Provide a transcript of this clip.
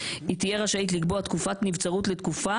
היא תהיה רשאית לקבוע תקופת נבצרות לתקופה